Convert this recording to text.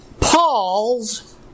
Paul's